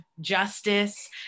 justice